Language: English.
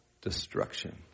destruction